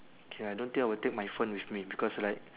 K I don't think I will take my phone with me because like